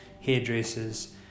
hairdressers